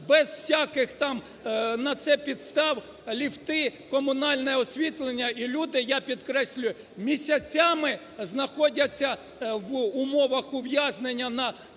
без всяких там на це підстав ліфти, комунальне освітлення, і люди, я підкреслюю, місяцями знаходяться в умовах ув'язнення на 20-му,